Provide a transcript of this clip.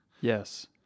Yes